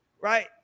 Right